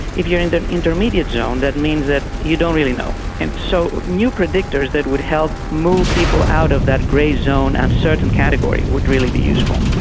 if you're in the intermediate zone that means that you don't really know. and so new predictors that would help move people out of that grey zone and certain category would really be useful.